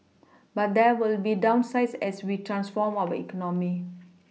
but there will be downsides as we transform our economy